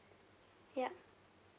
ya